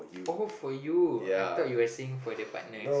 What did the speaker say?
oh for you I thought you were saying for the partners